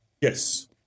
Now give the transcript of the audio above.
Yes